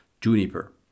Juniper